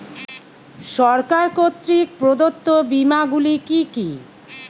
সরকার কর্তৃক প্রদত্ত বিমা গুলি কি কি?